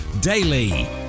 Daily